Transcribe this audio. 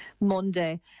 Monday